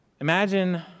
Imagine